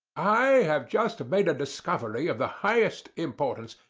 i have just made a discovery of the highest importance,